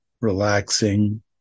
relaxing